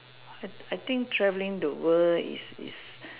I I think traveling the world is is